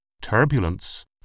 turbulence